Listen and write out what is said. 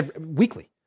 weekly